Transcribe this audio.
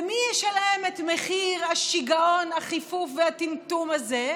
ומי ישלם את מחיר השיגעון, החיפוף והטמטום הזה?